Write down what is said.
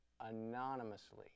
Anonymously